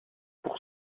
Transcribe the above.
pour